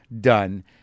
done